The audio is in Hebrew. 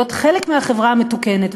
להיות חלק מהחברה המתוקנת.